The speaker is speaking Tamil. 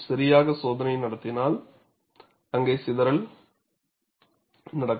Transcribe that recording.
சரியாக சோதனை நடத்ததினால் அங்கே சிதறல் நடக்கும்